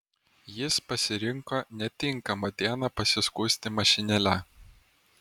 jis pasirinko netinkamą dieną pasiskųsti mašinėle